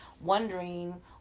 wondering